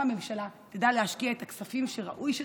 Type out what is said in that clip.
גם הממשלה תדע להשקיע את הכספים שראוי שהיא